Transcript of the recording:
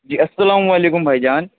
جی السّلام علیکم بھائی جان